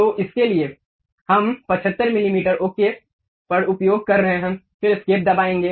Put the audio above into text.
तो इसके लिए हम 75 मिलीमीटर ओके का उपयोग कर रहे हैं फिर एस्केप दबाएंगे